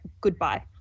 goodbye